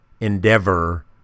endeavor